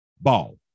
ball